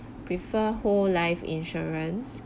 prefer whole life insurance